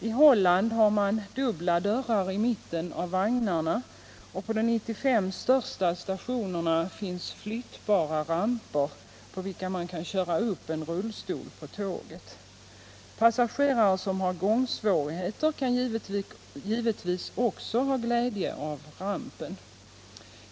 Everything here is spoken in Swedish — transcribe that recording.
I Holland har man dubbla dörrar i mitten av vagnarna, och på de 95 största stationerna finns flyttbara ramper där man kan köra upp en rullstol på tåget. Passagerare som har gångsvårigheter kan givetvis också ha glädje av rampen.